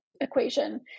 equation